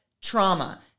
trauma